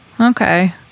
okay